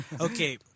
Okay